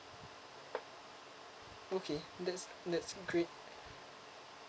okay that's that's great